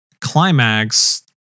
climax